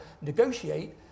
negotiate